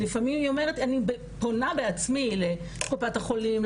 לפעמים היא אומרת אני פונה בעצמי לקופת החולים,